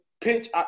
pitch